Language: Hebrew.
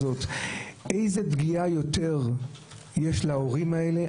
איזה פגיעה יותר יש להורים האלה?